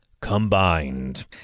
combined